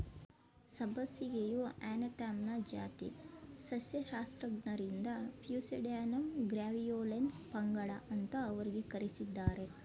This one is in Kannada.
ಸಬ್ಬಸಿಗೆಯು ಅನೇಥಮ್ನ ಜಾತಿ ಸಸ್ಯಶಾಸ್ತ್ರಜ್ಞರಿಂದ ಪ್ಯೂಸೇಡ್ಯಾನಮ್ ಗ್ರ್ಯಾವಿಯೋಲೆನ್ಸ್ ಪಂಗಡ ಅಂತ ವರ್ಗೀಕರಿಸಿದ್ದಾರೆ